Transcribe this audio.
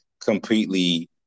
completely